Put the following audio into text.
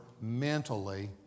mentally